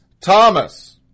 Thomas